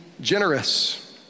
generous